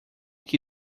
que